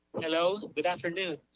hello. good afternoon.